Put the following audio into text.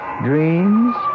dreams